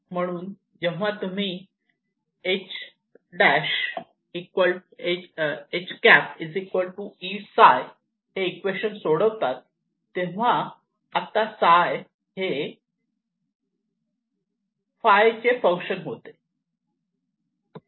म्हणून जेव्हा तुम्ही हे इक्वेशन सोडवतात तेव्हा आता ψ हे अँगल φ चे फंक्शन होते